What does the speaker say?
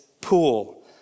pool